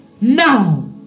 Now